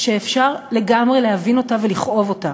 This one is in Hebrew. שאפשר לגמרי להבין אותה ולכאוב אותה.